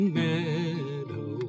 meadow